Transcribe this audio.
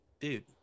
dude